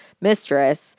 mistress